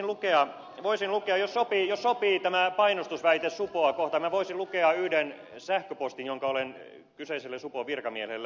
minä voisin lukea jos sopii liittyen tähän painostusväitteeseen supoa kohtaan yhden sähköpostin jonka olen kyseiselle supon virkamiehelle lähettänyt